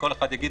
כל אחד יגיד,